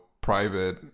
private